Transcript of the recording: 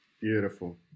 Beautiful